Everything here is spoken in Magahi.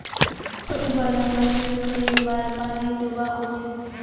पटवा लगाले कई बार पानी दुबा होबे?